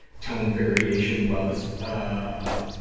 tone variation was, ah.